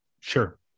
Sure